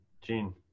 Jean